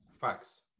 facts